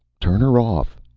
turn her off!